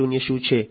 0 industry 4